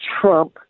Trump